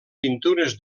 pintures